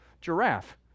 giraffe